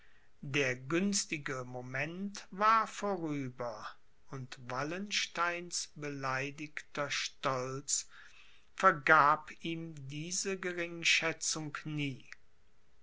der günstige moment war vorüber und wallensteins beleidigter stolz vergab ihm diese geringschätzung nie